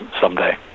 someday